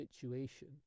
situation